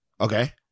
Okay